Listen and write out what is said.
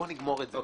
בוא נגמור את זה.